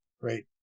Great